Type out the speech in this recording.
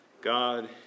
God